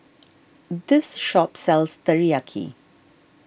this shop sells Teriyaki